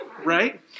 Right